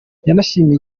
yanashimiye